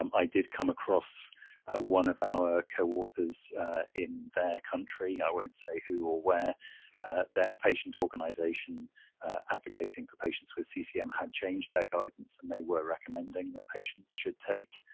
um i did come across one of our co-authors in their country i won't say who or where their patient organization was advocating for patients with ccm had changed their guidance and they were recommending that patients should take